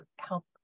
help